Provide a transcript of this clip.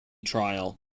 trial